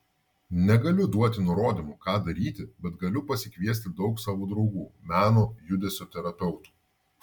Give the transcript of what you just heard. negaliu duoti nurodymų ką daryti bet galiu pasikviesti daug savo draugų meno judesio terapeutų